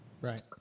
Right